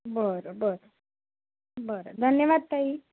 बरं बरं बरं धन्यवाद ताई